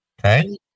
Okay